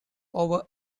over